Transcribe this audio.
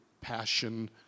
passion